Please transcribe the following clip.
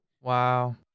Wow